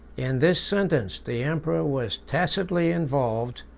in this sentence the emperor was tacitly involved,